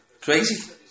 Crazy